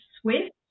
Swift